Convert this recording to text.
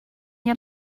yet